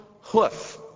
hoof